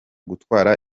gutwara